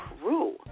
crew